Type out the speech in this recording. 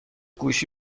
گوشی